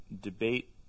debate